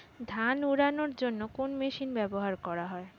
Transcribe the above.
ধান উড়ানোর জন্য কোন মেশিন ব্যবহার করা হয়?